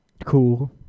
cool